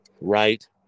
Right